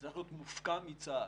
וצריך להיות מופקע מצה"ל.